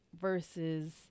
versus